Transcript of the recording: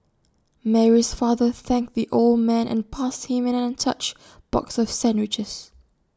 Mary's father thanked the old man and passed him an untouched box of sandwiches